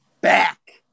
back